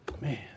Man